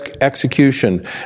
execution